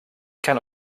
kann